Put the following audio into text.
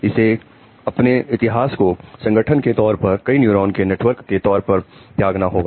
इसे अपने इतिहास को संगठन के तौर पर कई न्यूरॉन के नेटवर्क के तौर पर त्यागना होगा